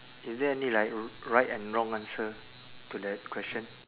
is there any like r~ right and wrong answer to that question